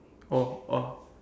oh oh